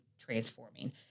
transforming